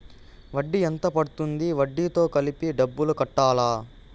వడ్డీ ఎంత పడ్తుంది? వడ్డీ తో కలిపి డబ్బులు కట్టాలా?